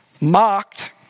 mocked